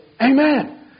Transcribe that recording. Amen